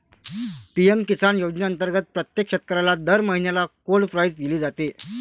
PM किसान योजनेअंतर्गत प्रत्येक शेतकऱ्याला दर महिन्याला कोड प्राईज दिली जाते